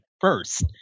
first